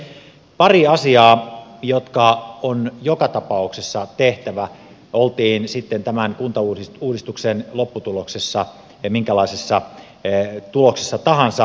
on pari asiaa jotka on joka tapauksessa tehtävä oltiin sitten tämän kuntauudistuksen lopputuloksena minkälaisessa tuloksessa tahansa